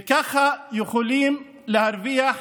וככה יכולים להרוויח